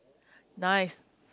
nice